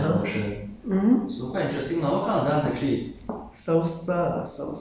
mm okay (uh huh) mmhmm